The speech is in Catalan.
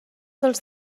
dels